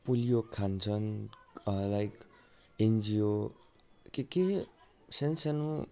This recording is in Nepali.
पोलियो खान्छन् लाइक एनजिओ के के सानो सानो